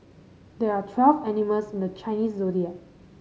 there are twelve animals in the Chinese Zodiac